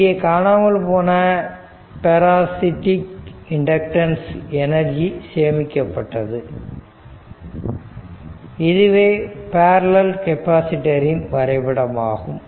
இங்கே காணாமல் போன பேராசிடிக் இண்டக்டன்ஸ்ல் எனர்ஜி சேமிக்கப்பட்டது இதுவே பேரலல் கெப்பாசிட்டர் ன் வரைபடம் ஆகும்